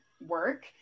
work